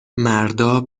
مردا